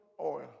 oil